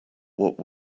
what